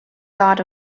dot